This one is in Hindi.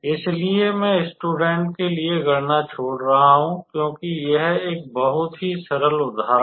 इसलिए मैं स्टूडेंट्स के लिए गणना छोड़ रहा हूं क्योंकि यह एक बहुत ही सरल उदाहरण है